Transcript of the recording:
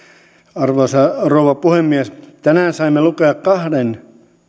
arvoisa rouva puhemies tänään saimme lukea kahden